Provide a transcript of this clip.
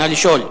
נא לשאול.